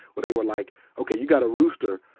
where they were like okay, you got a rooster,